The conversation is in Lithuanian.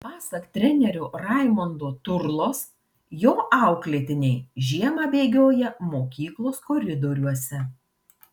pasak trenerio raimondo turlos jo auklėtiniai žiemą bėgioja mokyklos koridoriuose